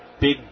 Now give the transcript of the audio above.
Big